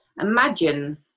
imagine